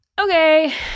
Okay